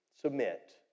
Submit